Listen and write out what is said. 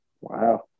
Wow